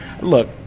look